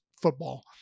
football